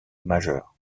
majeur